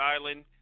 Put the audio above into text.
Island